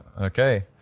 okay